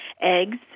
eggs